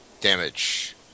damage